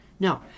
No